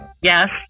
yes